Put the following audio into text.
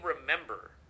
remember